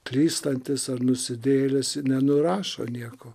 klystantis ar nusidėjėlis nenurašo nieko